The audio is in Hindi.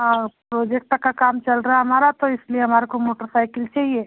हाँ प्रोजेक्ट का काम चल रहा हमारा तो इसलिए हमारे को मोटर साइकिल चाहिए